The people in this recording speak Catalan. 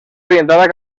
orientada